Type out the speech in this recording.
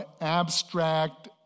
abstract